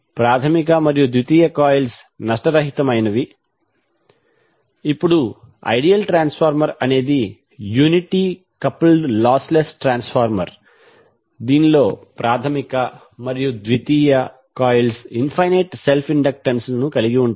ప్రాథమిక మరియు ద్వితీయ కాయిల్స్ నష్ట రహితమైనవి ఇప్పుడు ఐడియల్ ట్రాన్స్ఫార్మర్ అనేది unity coupled lossless transformer దీనిలో ప్రాధమిక మరియు ద్వితీయ కాయిల్స్ ఇన్ఫనైట్ సెల్ఫ్ ఇండక్టెన్స్ లను కలిగి ఉంటాయి